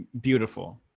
beautiful